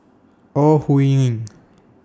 Ore Huiying